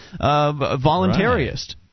voluntarist